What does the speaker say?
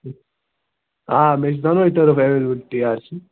آ مےٚ چھِ دۅنوے tariff available T R C